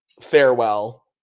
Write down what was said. farewell